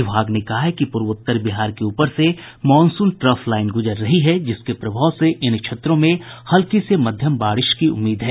विभाग ने कहा है कि पूर्वोत्तर बिहार के ऊपर से मॉनसून ट्रफ लाईन गुजर रही है जिसके प्रभाव से इन क्षेत्रों में हल्की से मध्यम बारिश की उम्मीद है